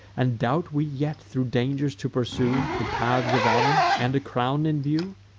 and doubt we yet thro' dangers to pursue the paths of honor, and a crown in view?